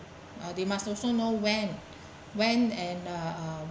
they must also know when when and uh